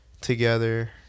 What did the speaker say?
together